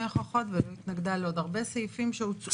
הוכחות ולא התנגדה לעוד הרבה סעיפים שהוצעו.